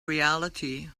reality